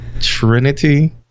Trinity